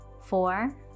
four